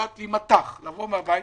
יודעת להימתח ולבוא מן הבית?